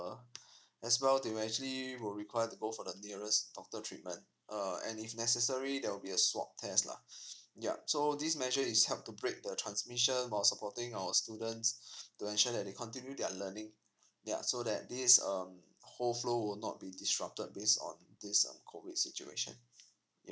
uh as well they will actually be require to go for the nearest doctor treatment uh and if necessary there will be a swab test lah yup so this measure is to help to break the transmission while supporting our students to ensure that they continue their learning ya so that this um whole so will not be disrupted base on this uh COVID situation yup